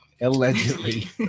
Allegedly